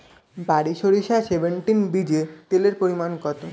বারি সরিষা সেভেনটিন বীজে তেলের পরিমাণ কত?